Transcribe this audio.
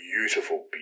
beautiful